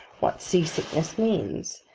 what sea-sickness means,